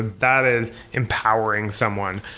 that is empowering someone.